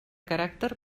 caràcter